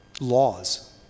laws